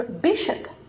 bishop